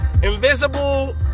Invisible